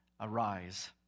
arise